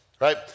right